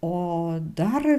o dar